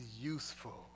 useful